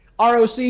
ROC